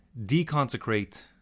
deconsecrate